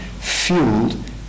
fueled